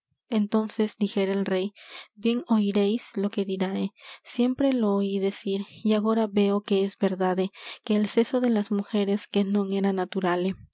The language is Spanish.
entonces dijera el rey bien oiréis lo que dirae siempre lo oí decir y agora veo que es verdade que el seso de las mujeres que non era naturale